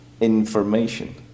information